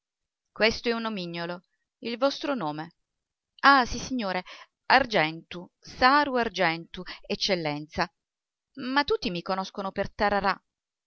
questo è un nomignolo il vostro nome ah sissignore argentu saru argentu eccellenza ma tutti mi conoscono per tararà